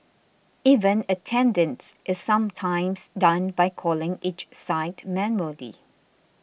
even attendance is sometimes done by calling each site manually